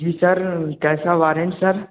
जी sir कैसा warrant sir